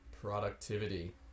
productivity